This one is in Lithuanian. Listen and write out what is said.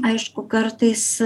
aišku kartais